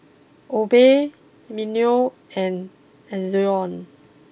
Obey Mimeo and Ezion